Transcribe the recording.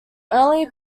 only